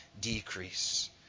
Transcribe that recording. decrease